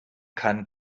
kann